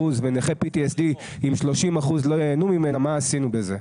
ונכי PTSD עם 30% לא ייהנו ממנה מה עשינו בזה?